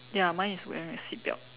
ya mine is wearing a seatbelt